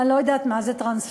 אני לא יודעת מה זה טרנספר.